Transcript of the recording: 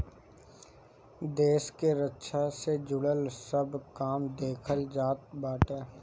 देस के रक्षा से जुड़ल सब काम देखल जात बाटे